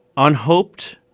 Unhoped